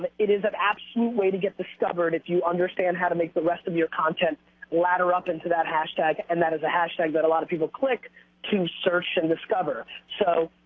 but it is an absolute way to get discovered if you understand how to make the rest of your content ladder up into that hashtag and that is a hashtag that a lot of people click to search and discover. so,